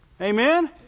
Amen